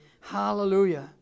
Hallelujah